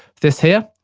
this here.